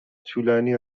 طولانی